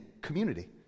community